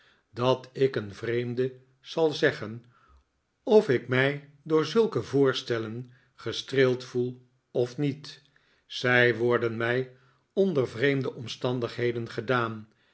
dat ik een vreemde zal zeggen of ik mij door zulke voorstellen gestreeld voel of niet zij worden mij onder vreemde omstandigheden gedaan